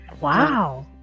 Wow